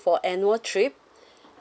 for annual trip